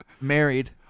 married